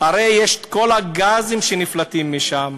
הרי יש כל הגזים שנפלטים משם,